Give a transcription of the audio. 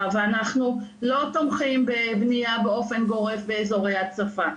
ואנחנו לא תומכים בבנייה באופן גורף באזורי הצפה.